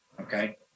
okay